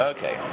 Okay